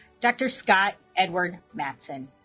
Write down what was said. dr. scott edward mattson